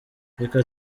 reka